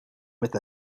with